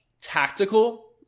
tactical